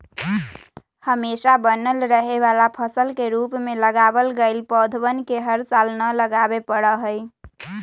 हमेशा बनल रहे वाला फसल के रूप में लगावल गैल पौधवन के हर साल न लगावे पड़ा हई